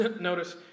Notice